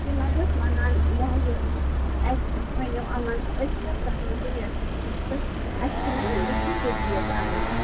تِم حظ ٲسۍ ونان یا ہے یہِ اَسہِ تُہۍ ؤنِو اُمن أسۍ کَر کَرو ڈیٹ فِکٕس تہٕ اَسہِ چھِ نا یمے چیٖز ویٖز انِٕنۍ